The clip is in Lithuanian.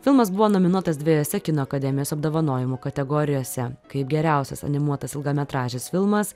filmas buvo nominuotas dviejose kino akademijos apdovanojimų kategorijose kaip geriausias animuotas ilgametražis filmas